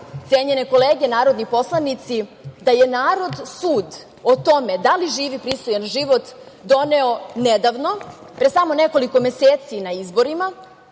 cenjene kolege, narodni poslanici, da je narod sud o tome da li živi pristojan život doneo nedavno, pre samo nekoliko meseci na izborima,